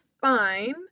fine